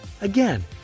Again